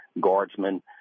guardsmen